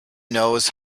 knows